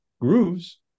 grooves